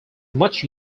much